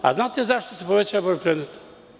Da li znate zašto se povećava broj predmeta?